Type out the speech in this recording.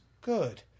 Good